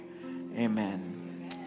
amen